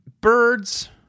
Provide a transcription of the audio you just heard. birds